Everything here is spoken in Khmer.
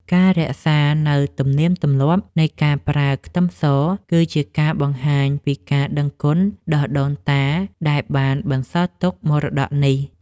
ការរក្សានូវទំនៀមទម្លាប់នៃការប្រើខ្ទឹមសគឺជាការបង្ហាញពីការដឹងគុណដល់ដូនតាដែលបានបន្សល់ទុកមរតកនេះ។